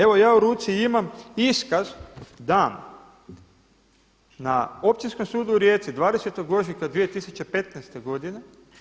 Evo ja u ruci imam iskaz dan na Općinskom sudu u Rijeci 20. ožujka 2015. godine.